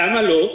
למה לא?